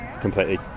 completely